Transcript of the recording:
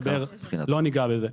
לא ניגע בזה.